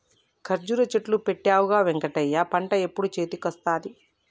కర్జురా చెట్లు పెట్టవుగా వెంకటయ్య పంట ఎప్పుడు చేతికొస్తది